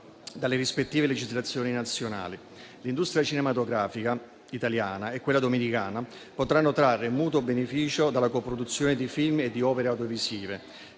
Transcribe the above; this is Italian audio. dalle rispettive legislazioni nazionali. L'industria cinematografica italiana e quella dominicana potranno trarre mutuo beneficio dalla coproduzione di film e di opere audiovisive